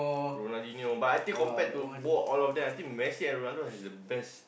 Ronaldinho but I think compared to both all of them I think Messi and Ronaldo has the best